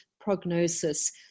prognosis